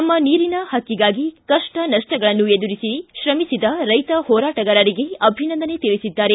ನಮ್ಮ ನೀರಿನ ಪಕ್ಕಿಗಾಗಿ ಕಪ್ಪ ನಷ್ಟಗಳನ್ನು ಎದುರಿಸಿ ಶ್ರಮಿಸಿದ ರೈತ ಹೋರಾಟಗಾರರಿಗೆ ಅಭಿನಂದನೆ ತಿಳಿಸಿದ್ದಾರೆ